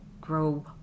grow